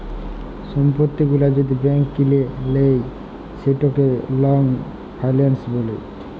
সম্পত্তি গুলা যদি ব্যাংক কিলে লেই সেটকে লং ফাইলাল্স ব্যলে